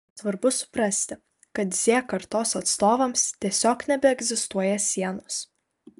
svarbu suprasti kad z kartos atstovams tiesiog nebeegzistuoja sienos